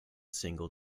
single